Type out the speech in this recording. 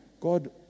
God